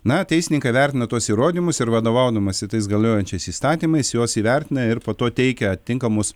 na teisininkai vertina tuos įrodymus ir vadovaudamasi tais galiojančiais įstatymais juos įvertina ir po to teikia atitinkamus